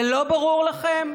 זה לא ברור לכם?